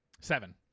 Seven